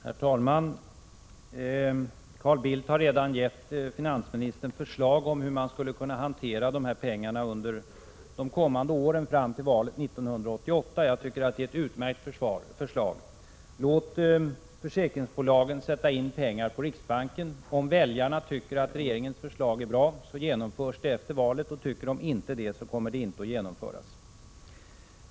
Herr talman! Carl Bildt har redan gett finansministern förslag om hur man skulle kunna hantera pengarna under de kommande åren fram till valet 1988. Det är ett utmärkt förslag. Låt försäkringsbolagen sätta in pengarna i riksbanken. Om väljarna tycker att regeringens förslag är bra, genomförs det efter valet. Tycker de inte så, kommer förslaget inte att genomföras.